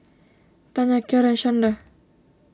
Tanya Kiarra and Shanda